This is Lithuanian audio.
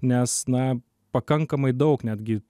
nes na pakankamai daug netgi